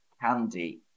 candy